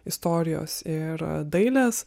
istorijos ir dailės